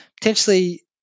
potentially